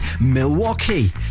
Milwaukee